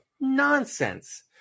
nonsense